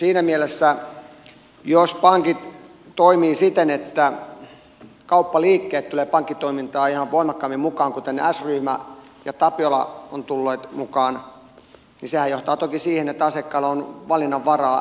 siinä mielessä jos pankit toimivat siten että kauppaliikkeet tulevat pankkitoimintaan yhä voimakkaammin mukaan kuten s ryhmä ja tapiola ovat tulleet mukaan niin sehän johtaa toki siihen että asiakkailla on valinnanvaraa äänestää jaloillaan